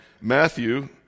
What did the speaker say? Matthew